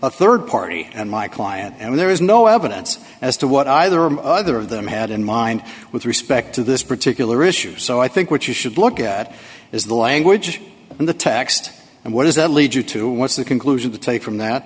a rd party and my client and there is no evidence as to what either or other of them had in mind with respect to this particular issue so i think what you should look at is the language in the text and what does that lead you to what's the conclusion to take from that